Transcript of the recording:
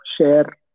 share